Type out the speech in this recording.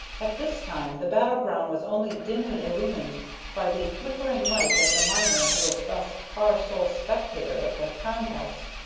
at this time the battleground was only dimly illumined by the flickering light of the miner who was thus far sole spectator of the contest.